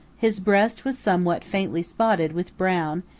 his breast was somewhat faintly spotted with brown,